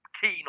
keen